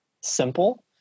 simple